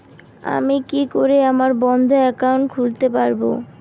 আমি কি করে আমার বন্ধ ব্যাংক একাউন্ট খুলতে পারবো?